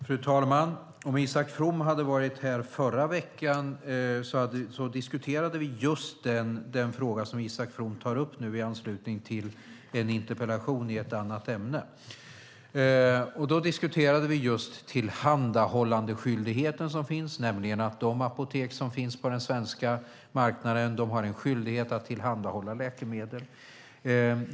Fru talman! Isak From var kanske inte här förra veckan när vi diskuterade just den fråga han nu tar upp i anslutning till en interpellation i ett annat ämne. Vi diskuterade just tillhandahållandeskyldigheten, nämligen att de apotek som finns på den svenska marknaden har en skyldighet att tillhandahålla läkemedel.